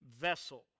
vessel